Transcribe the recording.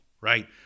right